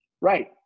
Right